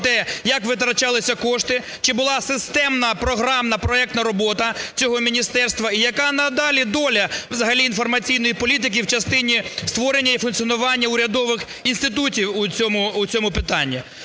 як витрачалися кошти, чи була системна програмна проектна робота цього міністерства, і яка надалі доля взагалі інформаційної політики в частині створення і функціонування урядових інститутів у цьому питанні.